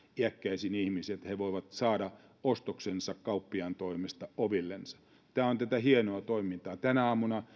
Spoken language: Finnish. iäkkäisiin ihmisiin että he voivat saada ostoksensa kauppiaan toimesta ovellensa tämä on tätä hienoa toimintaa tänä